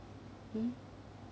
mmhmm